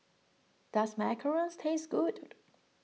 does Macarons taste good